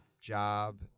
job